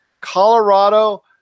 Colorado